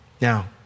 Now